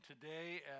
today